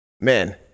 man